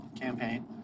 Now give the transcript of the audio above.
campaign